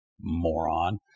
moron